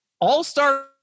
all-star